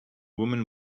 woman